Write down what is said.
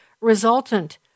resultant